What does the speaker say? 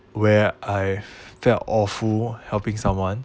where I felt awful helping someone